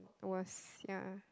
worse yeah